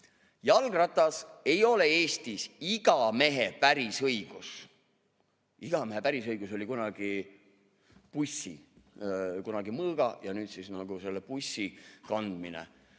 Jalgratas ei ole Eestis igamehe pärisõigus. Igamehe pärisõigus oli kunagi pussi, kunagi mõõga ja nüüd siis nagu selle pussi kandmine.